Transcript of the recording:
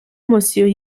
monsieur